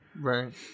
right